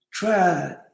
Try